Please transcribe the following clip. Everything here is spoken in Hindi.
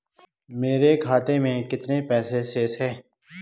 मेरे खाते में कितने पैसे शेष हैं?